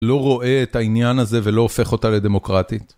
לא רואה את העניין הזה ולא הופך אותה לדמוקרטית.